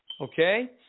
okay